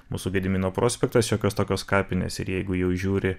mūsų gedimino prospektas šiokios tokios kapinės ir jeigu jau žiūri